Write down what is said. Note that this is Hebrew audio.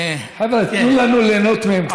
חבר'ה, תנו לנו ליהנות מהם קצת.